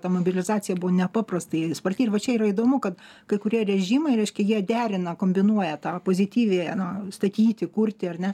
ta mobilizacija buvo nepaprastai sparti ir va čia yra įdomu kad kai kurie režimai reiškia jie derina kombinuoja tą pozityviąją no statyti kurti ar ne